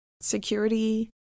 security